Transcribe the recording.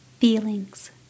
Feelings